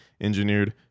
engineered